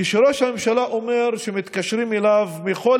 כשראש הממשלה אומר שמתקשרים אליו מכל